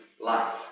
life